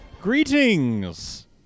Greetings